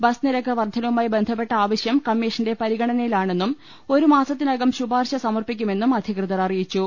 bus നിരക്ക് വർധനവുമായി ബന്ധ പ്പെട്ട ആവശ്യം കമ്മിഷന്റെ പരിഗണനയിലാണെന്നും ഒരു മാസത്തിനകം ശുപാർശ സമർപ്പിക്കുമെന്നും അധികൃതർ അറിയിച്ചു